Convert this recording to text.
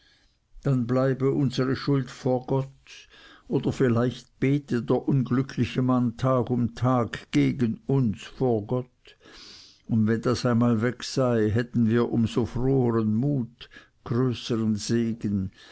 dann bleibe unsere schuld vor gott und vielleicht bete der unglückliche mann tag um tag gegen uns vor gott und wenn das einmal weg sei hätten wir um so frohern mut größern segen